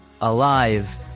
Alive